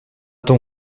ton